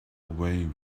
away